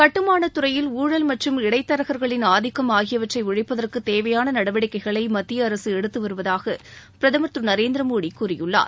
கட்டுமான துறையில் ஊழல் மற்றும் இடைத் தரகர்களின் ஆதிக்கம் ஆகியவற்றை ஒழிப்பதற்கு தேவையாள நடவடிக்கைகளை மத்திய அரசு எடுத்து வருவதூக பிரதமர் திரு நரேந்திரமோடி கூறியுள்ளார்